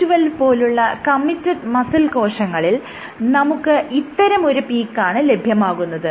C2C12 പോലുള്ള committed muscle കോശങ്ങളിൽ നമുക്ക് ഇത്തരമൊരു പീക്കാണ് ലഭ്യമാകുന്നത്